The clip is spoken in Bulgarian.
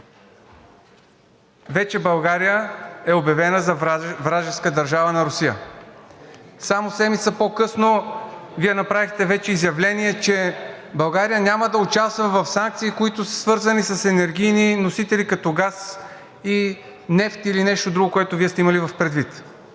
България вече е обявена за вражеска държава на Русия. Само седмица по-късно Вие направихте изявление, че България няма да участва в санкции, които са свързани с енергийни носители, като газ и нефт или нещо друго, което Вие сте имали предвид.